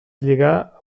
lligar